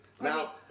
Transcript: Now